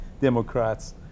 Democrats